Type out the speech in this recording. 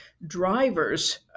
drivers